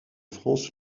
france